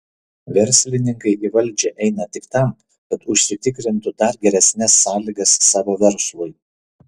verslininkai į valdžią eina tik tam kad užsitikrintų dar geresnes sąlygas savo verslui